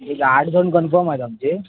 एक आठ जण कन्फर्म आहेत आमचे